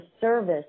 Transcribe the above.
service